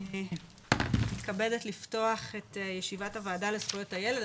אני מתכבדת לפתוח את ישיבת הוועדה לזכויות הילד.